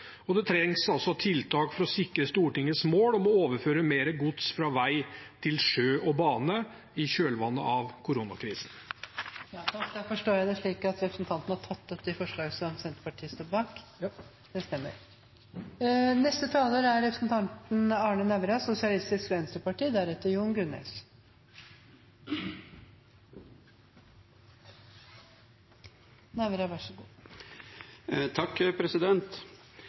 og det trengs tiltak for å sikre Stortingets mål om å overføre mer gods fra vei til sjø og bane i kjølvannet av koronakrisen. Da forstår jeg det slik at representanten har tatt opp de forslagene Senterpartiet står bak? Ja. Representanten Bengt Fasteraune tatt opp de forslagene han refererte til. SV fremmet dette representantforslaget i en tid da vi så